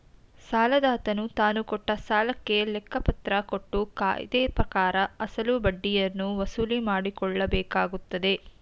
ಸಾಲದಾತನು ತಾನುಕೊಟ್ಟ ಸಾಲಕ್ಕೆ ಲೆಕ್ಕಪತ್ರ ಕೊಟ್ಟು ಕಾಯ್ದೆಪ್ರಕಾರ ಅಸಲು ಬಡ್ಡಿಯನ್ನು ವಸೂಲಿಮಾಡಕೊಳ್ಳಬೇಕಾಗತ್ತದೆ